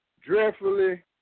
dreadfully